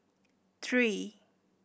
three